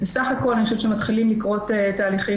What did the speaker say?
בסך הכול אני חושבת שמתחילים לקרות תהליכים